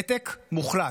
נתק מוחלט.